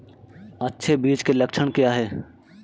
अच्छे बीज के लक्षण क्या हैं?